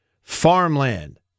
Farmland